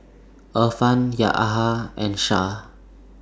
Irfan Yahaya and Shah